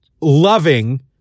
loving